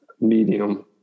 medium